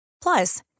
Plus